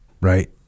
Right